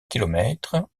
kilomètres